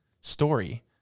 story